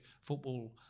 Football